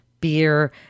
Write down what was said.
beer